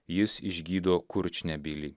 jis išgydo kurčnebylį